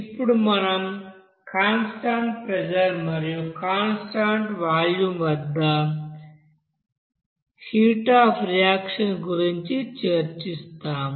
ఇప్పుడు మనం constant pressure మరియు కాన్స్టాంట్ వాల్యూమ్ వద్ద హీట్ అఫ్ రియాక్షన్ గురించి చర్చిస్తాము